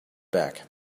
back